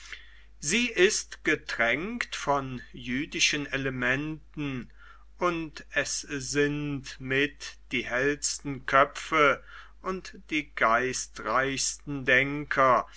sie ist getränkt von jüdischen elementen und es sind mit die hellsten köpfe und die geistreichsten denker